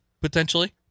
potentially